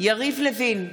יריב לוין,